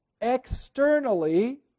externally